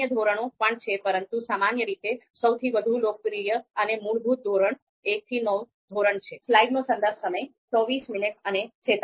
અન્ય ધોરણો પણ છે પરંતુ સામાન્ય રીતે સૌથી વધુ લોકપ્રિય અને મૂળભૂત ધોરણ 1 થી 9 ધોરણ છે